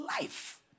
life